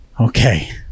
Okay